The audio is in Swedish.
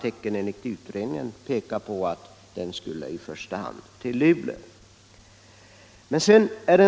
Enligt utredningen pekar alla tecken på att malmen i första hand skall gå till Luleå.